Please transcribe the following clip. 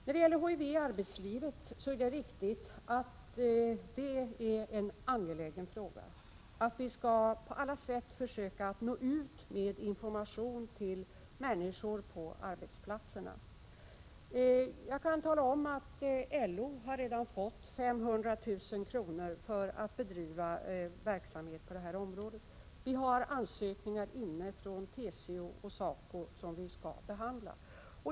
Det är riktigt att frågan om HIV i arbetslivet är angelägen, och vi skall på alla sätt försöka nå ut med information till människor på arbetsplatserna. Jag kan tala om att LO redan har fått 500 000 kr. för att bedriva verksamhet på detta område. Vi har fått ansökningar från TCO och SACO som vi skall behandla.